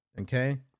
Okay